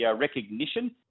recognition